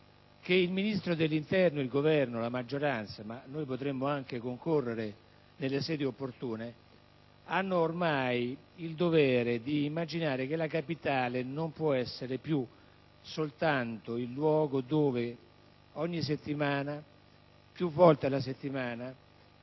il Ministro dell'interno, il Governo, la maggioranza - ma noi potremmo anche concorrere nelle sedi opportune - hanno ormai il dovere di immaginare che la Capitale non possa essere più soltanto il luogo dove ogni settimana, più volte alla settimana,